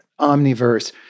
Omniverse